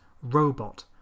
Robot